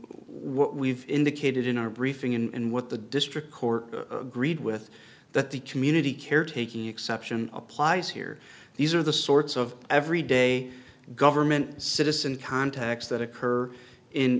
what we've indicated in our briefing and what the district court agreed with that the community care taking exception applies here these are the sorts of every day government citizen contacts that occur in